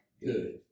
good